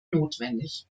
notwendig